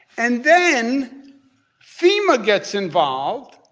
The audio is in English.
and then fema gets involved,